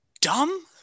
dumb